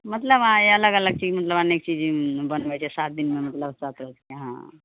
मतलब अलग अलग चीज मतलब अनेक चीज बनबै छै सात दिनमे मतलब सात तरहके हँ